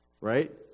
Right